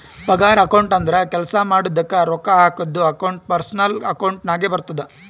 ಪಗಾರ ಅಕೌಂಟ್ ಅಂದುರ್ ಕೆಲ್ಸಾ ಮಾಡಿದುಕ ರೊಕ್ಕಾ ಹಾಕದ್ದು ಅಕೌಂಟ್ ಪರ್ಸನಲ್ ಅಕೌಂಟ್ ನಾಗೆ ಬರ್ತುದ